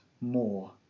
more